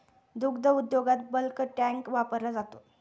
दुग्ध उद्योगात bulk tank वापरला जातो